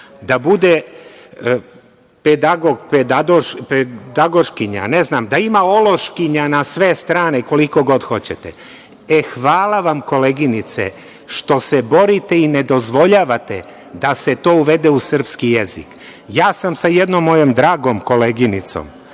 da bude pedagog – pedagoškinja, ne znam, da ima ološkinja na sve strane koliko god hoćete. Hvala vam koleginice što se borite i ne dozvoljavate da se to uvede u srpski jezik. Ja sam sa jednom mojom dragom koleginicom